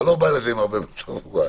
אתה לא בא לזה עם הרבה מצב רוח,